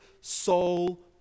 soul